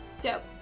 Dope